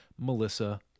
Melissa